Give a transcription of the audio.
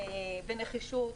בנחישות,